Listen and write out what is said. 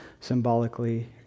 symbolically